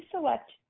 select